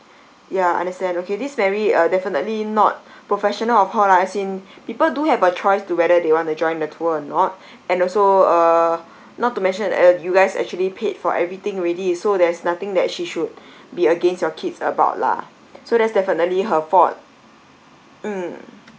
ya understand okay this mary uh definitely not professional of her lah as in people do have a choice to whether they want to join the tour or not and also uh not to mention uh you guys actually paid for everything already so there is nothing that she should be against your kids about lah so that's definitely her fault mm